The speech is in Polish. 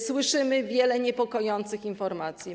Słyszymy wiele niepokojących informacji.